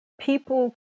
people